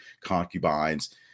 concubines